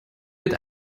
mit